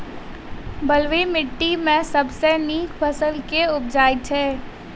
बलुई माटि मे सबसँ नीक फसल केँ उबजई छै?